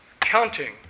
counting